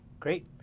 great,